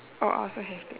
oh I also have that